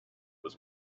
was